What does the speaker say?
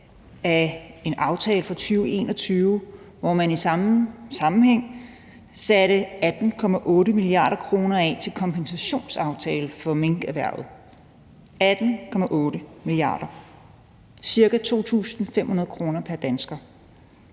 af en aftale fra 2021, hvor man i samme sammenhæng satte 18,8 mia. kr. af til en kompensationsaftale for minkerhvervet – 18,8 mia. kr., ca. 2.500 kr. pr. dansker.